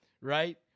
right